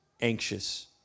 anxious